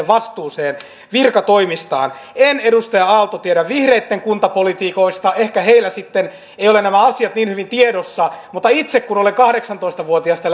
vastuuseen virkatoimistaan en edustaja aalto tiedä vihreitten kuntapoliitikoista ehkä heillä sitten ei ole nämä asiat niin hyvin tiedossa mutta itse kun olen kahdeksantoista vuotiaasta